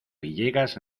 villegas